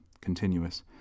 Continuous